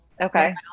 Okay